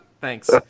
Thanks